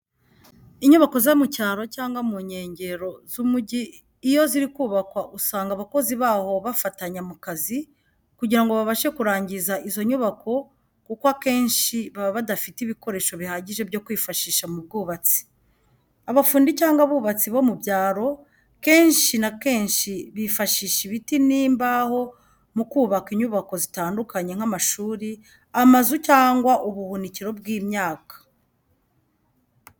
Inyubako zo mu cyaro cyangwa mu nyengero z'umujyi iyo ziri kubakwa usanga abakozi baho bafatanya mu kazi kugira ngo babashe kurangiza izo nyubako kuko akennshi baba badafite ibikoresho bihagije byo kwifashisha mu bwubatsi. Abafundi cyangwa abubatsi bo mu byaro kenshi na kenshi bifashisha ibiti ni mbaho mu kubaka inyubako zitandukanye nk'amashuri, amazu cyangwa ubuhunikiro bw'imyaka.